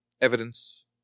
evidence